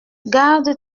garde